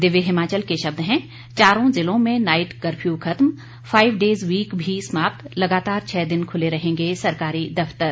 दिव्य हिमाचल के शब्द हैं चारों जिलों में नाईट कफ्र्यू खत्म फाइव डेज वीक भी समाप्त लगातार छह दिन खुले रहेंगे सरकारी दफ्तर